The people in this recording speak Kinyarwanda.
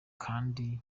kandi